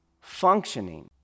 functioning